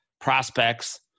prospects